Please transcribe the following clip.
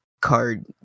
card